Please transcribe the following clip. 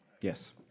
yes